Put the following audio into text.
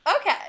Okay